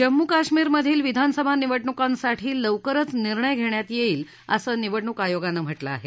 जम्मू कश्मीरमधील विधानसभा निवडणुकांसाठी लवकरच निर्णय घेण्यात येईल असं निवडणूक आयोगानं म्हटलं आहे